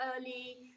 early